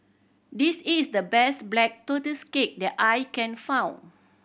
this is the best Black Tortoise Cake that I can found